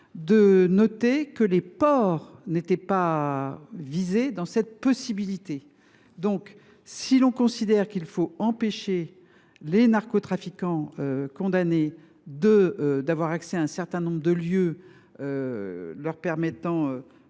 de constater que les ports n’étaient pas visés dans cet article. Si l’on considère qu’il faut empêcher les narcotrafiquants condamnés d’accéder à un certain nombre de lieux leur permettant